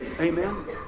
amen